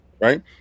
right